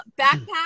backpack